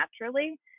naturally